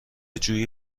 جویی